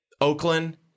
Oakland